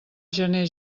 gener